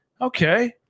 okay